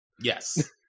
Yes